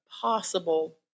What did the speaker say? possible